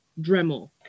Dremel